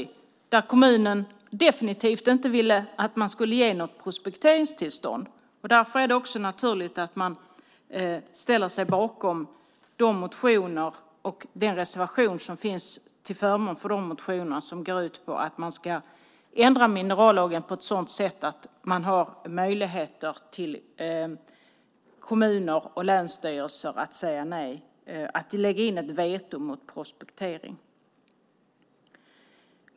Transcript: Där har kommunerna definitivt inte velat ge ett prospekteringstillstånd. Därför är det naturligt att man ställer sig bakom de motioner och den reservation som finns till förmån för dessa motioner som går ut på att ändra minerallagen på ett sådant sätt att det blir möjligt för kommuner och länsstyrelser att lägga in ett veto mot prospektering.